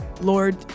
Lord